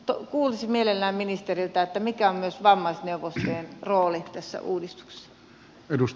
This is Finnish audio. kuulisin mielelläni ministeriltä mikä on myös vammaisneuvostojen rooli tässä uudistuksessa